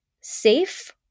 safe